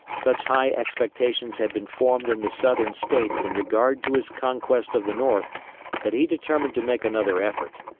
such high expectations had been formed in the southern states in regard to his conquest of the north that he determined to make another effort.